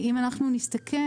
אם אנחנו נסתכל